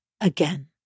again